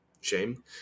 shame